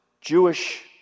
Jewish